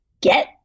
get